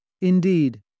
Indeed